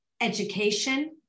education